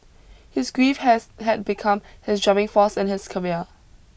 his grief has had become his driving force in his career